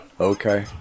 Okay